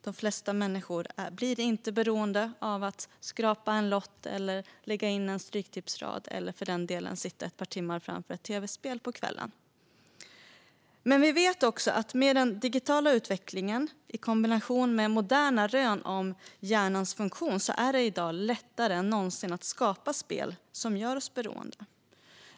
De flesta människor blir inte beroende av att skrapa en lott, lämna in en stryktipsrad eller sitta ett par timmar framför ett tv-spel på kvällen. Med vi vet också att med den digitala utvecklingen i kombination med moderna rön om hjärnans funktion är det i dag lättare än någonsin att skapa spel som gör oss beroende.